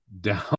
down